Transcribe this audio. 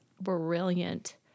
brilliant